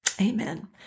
Amen